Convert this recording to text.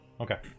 okay